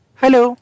Hello